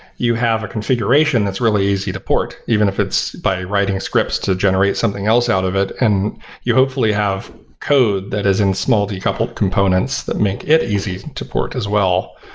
you have a configuration that's really easy to port even it's by writing scripts to generate something else out of it and you hopefully have code that is in small decoupled components that make it easy to port as well.